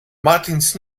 martins